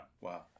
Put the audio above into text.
Wow